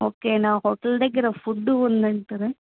ఓకేనా హోటల్ దగ్గర ఫుడ్డు ఉందంటారా